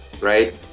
right